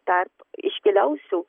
tarp iškiliausių